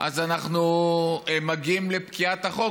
אז אנחנו מגיעים לפקיעת החוק,